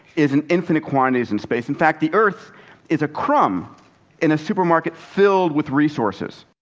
is an infinite quantities in space. in fact, the earth is a crumb in a supermarket filled with resources.